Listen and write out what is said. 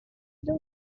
luna